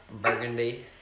Burgundy